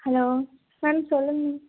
hello ma'am சொல்லுங்க